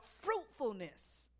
fruitfulness